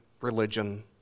religion